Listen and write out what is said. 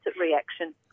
reaction